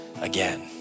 again